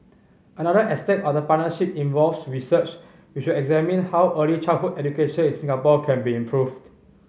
another aspect of the partnership involves research which will examine how early childhood education in Singapore can be improved